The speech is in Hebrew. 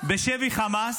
בשבי חמאס,